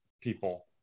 people